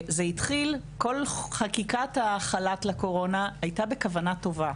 כל חקיקת החל"ת לקורונה הייתה בכוונה טובה